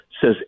says